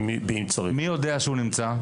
מי יודע שהוא נמצא?